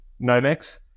Nomex